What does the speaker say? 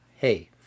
Hey